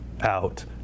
out